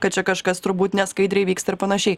kad čia kažkas turbūt neskaidriai vyksta ir panašiai